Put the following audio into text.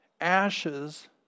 ashes